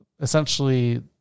essentially